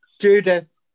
Judith